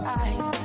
eyes